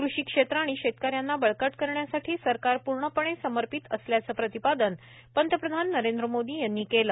कृषी क्षेत्र आणि शेतक यांना बळकट करण्यासाठी सरकार पूर्णपणे समर्पित असल्याच प्रतिपादन पंतप्रधान नरेंद्र मोदी यांनी केल